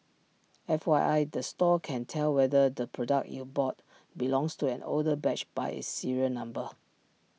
F Y I the store can tell whether the product you bought belongs to an older batch by its serial number